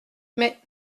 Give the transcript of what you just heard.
mais